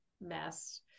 mess